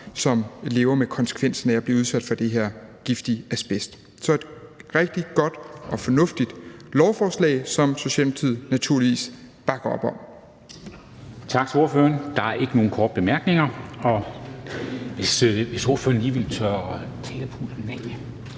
der lever med konsekvensen af at blive udsat for det her giftige asbest. Så det er et rigtig godt og fornuftigt lovforslag, som Socialdemokratiet naturligvis bakker op om.